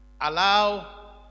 allow